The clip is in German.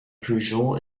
peugeot